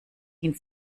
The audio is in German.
ihn